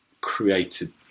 created